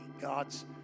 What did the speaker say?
God's